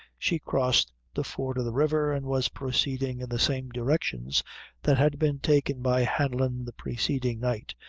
she crossed the ford of the river, and was proceeding in the same directions that had been taken by hanlon the preceding night,